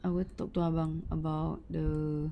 I will talk to abang about the